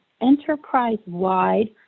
enterprise-wide